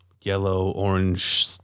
yellow-orange